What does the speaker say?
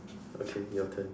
okay your turn